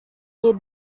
year